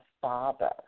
Father